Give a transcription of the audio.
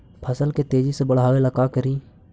फसल के तेजी से बढ़ाबे ला का करि?